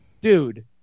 Dude